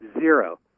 Zero